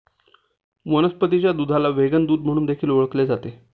वनस्पतीच्या दुधाला व्हेगन दूध म्हणून देखील ओळखले जाते